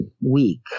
week